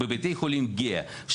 בבתי חולים גהה,